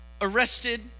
arrested